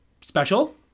special